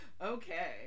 Okay